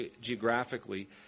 geographically